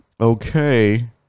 Okay